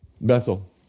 Bethel